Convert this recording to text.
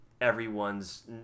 everyone's